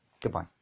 Goodbye